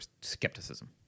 skepticism